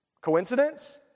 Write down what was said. Coincidence